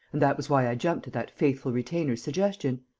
and that was why i jumped at that faithful retainer's suggestion.